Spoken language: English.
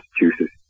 Massachusetts